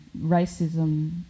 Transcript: racism